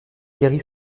guérit